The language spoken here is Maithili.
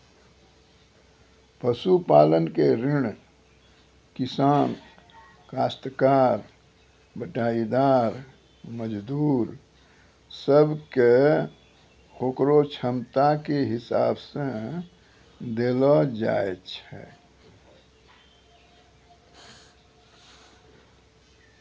पशुपालन के ऋण किसान, कास्तकार, बटाईदार, मजदूर सब कॅ होकरो क्षमता के हिसाब सॅ देलो जाय छै